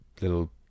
little